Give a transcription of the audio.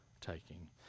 taking